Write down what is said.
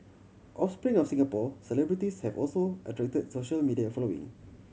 offspring of Singapore celebrities have also attracted social media following